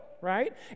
right